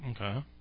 Okay